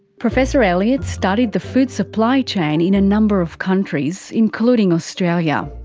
professor elliott studied the food supply chain in a number of countries, including australia,